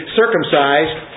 circumcised